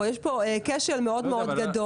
יש כאן כשל מאוד מאוד גדול.